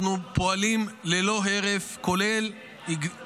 אנחנו פועלים ללא הרף -- ב-1 בחודש לא ייפתחו תיכונים.